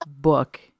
book